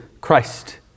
Christ